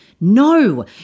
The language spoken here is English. No